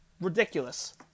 Ridiculous